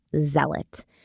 zealot